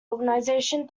organization